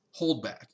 holdback